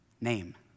Name